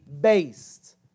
based